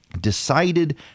decided